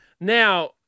Now